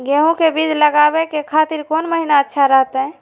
गेहूं के बीज लगावे के खातिर कौन महीना अच्छा रहतय?